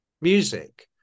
music